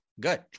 good